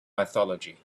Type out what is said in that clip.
mythology